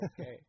Okay